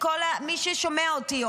מכל מי ששומע אותי,